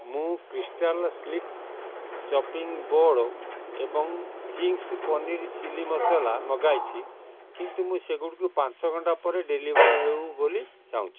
ମୁଁ crystal slick chopping board ଏବଂ Ching's paneer chilli masala ମଗାଇଛି କିନ୍ତୁ ମୁଁ ସେଗୁଡ଼ିକ ଘଣ୍ଟା ପାଞ୍ଚ ପରେ ଡେଲିଭର୍ ହେଉ ବୋଲି ଚାହୁଁଛି